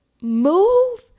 move